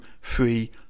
free